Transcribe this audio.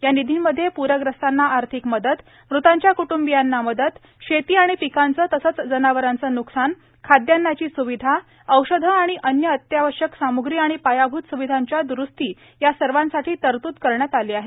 या निधींमध्ये प्रग्रस्तांना आर्थिक मदत मृतांच्या कुटूंबियांना मदत शेती आणि पिकांचं तसंच जनावरांचं न्कसान खाद्यान्नाची सुविधा औषधी आणि अन्य अत्यावश्यक साम्ग्री आणि पायाभूत स्विधांच्या द्रूस्ती यासर्वांसाठी तरतूद करण्यात आली आहे